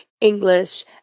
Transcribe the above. English